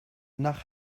nach